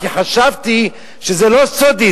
וחשבתי שזה לא סודי,